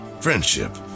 friendship